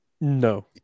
No